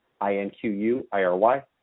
I-N-Q-U-I-R-Y